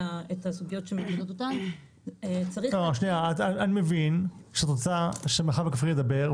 הסוגיות- - אני מבין שאת רוצה שהמרחב הכפרי ידבר.